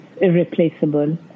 irreplaceable